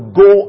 go